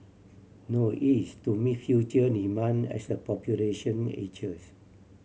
no it is to meet future demand as the population ages